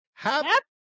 happy